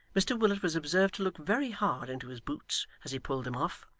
mr willet was observed to look very hard into his boots as he pulled them off,